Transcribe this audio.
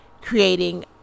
creating